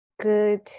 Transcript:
good